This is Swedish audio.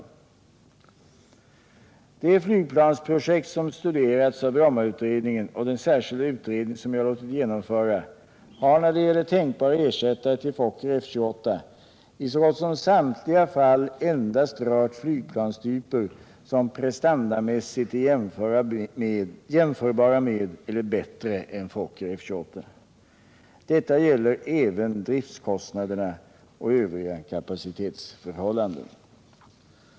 De flygplansprojekt som studerats av Brommautredningen och den särskilda utredning som jag låtit genomföra har — när det gäller tänkbara ersättare till Fokker F-28 — i så gott som samtliga fall endast rört flygplanstyper som prestandamässigt är jämförbara med eller bättre än Fokker F-28. Detta gäller även driftkostnaderna och övriga kapacitetsförhållanden.